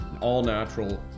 all-natural